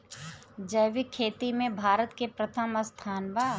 जैविक खेती में भारत के प्रथम स्थान बा